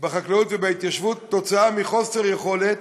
בחקלאות ובהתיישבות כתוצאה מחוסר יכולת